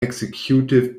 executive